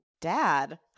Dad